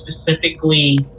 specifically